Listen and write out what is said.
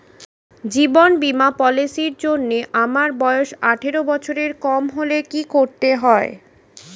জীবন বীমা পলিসি র জন্যে আমার বয়স আঠারো বছরের কম হলে কি করতে হয়?